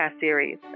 Series